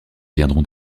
viendront